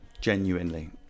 genuinely